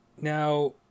Now